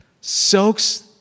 soaks